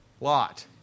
Lot